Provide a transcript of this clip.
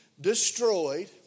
destroyed